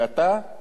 ואתה,